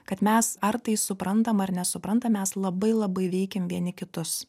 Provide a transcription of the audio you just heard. kad mes ar tai suprantam ar nesuprantam mes labai labai veikiam vieni kitus